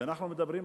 כשאנחנו מדברים,